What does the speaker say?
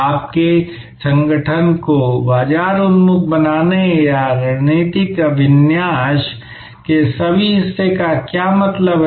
आपके संगठन को बाजार उन्मुख बनाने या रणनीतिक अभिविन्यास के सभी हिस्से का क्या मतलब है